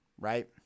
Right